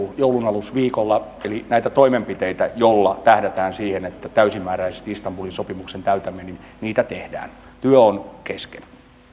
joulunalusviikolla eli näitä toimenpiteitä joilla tähdätään siihen että täysimääräisesti istanbulin sopimuksen täytämme tehdään työ on kesken